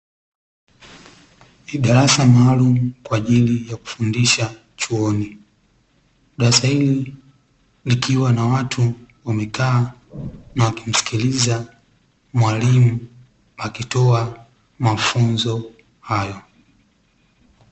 Ni darasa maalumu kwa ajilii ya kufundisha chuoni, darasa hili likiwa na watu wamekaa, na wakimsikiliza mwalimu akitoa mafunzo hayo.